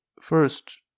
first